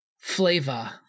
flavor